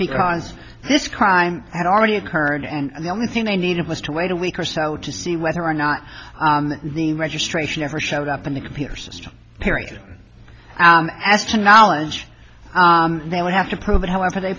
because this crime had already occurred and the only thing they needed was to wait a week or so to see whether or not the registration ever showed up in the computer system period as to knowledge they would have to prove it however they